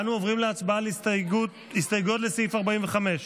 אנו עוברים להצבעה על הסתייגויות לסעיף 45,